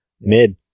Mid